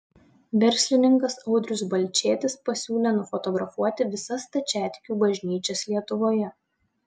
verslininkas audrius balčėtis pasiūlė nufotografuoti visas stačiatikių bažnyčias lietuvoje